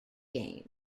game